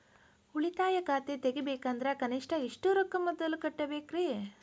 ಉಳಿತಾಯ ಖಾತೆ ತೆಗಿಬೇಕಂದ್ರ ಕನಿಷ್ಟ ಎಷ್ಟು ರೊಕ್ಕ ಮೊದಲ ಕಟ್ಟಬೇಕ್ರಿ?